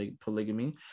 polygamy